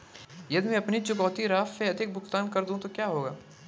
यदि मैं अपनी चुकौती राशि से अधिक भुगतान कर दूं तो क्या होगा?